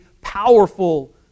powerful